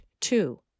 two